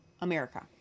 America